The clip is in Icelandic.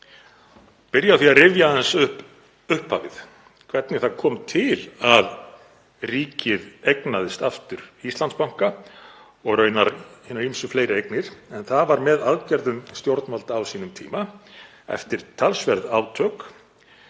byrja á að rifja aðeins upp upphafið, hvernig það kom til að ríkið eignaðist aftur Íslandsbanka, og raunar ýmsar fleiri eignir, en það var með aðgerðum stjórnvalda á sínum tíma eftir talsverð átök